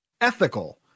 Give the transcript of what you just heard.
ethical